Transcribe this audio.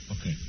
Okay